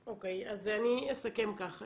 אוקי, אז אני אסכם כך.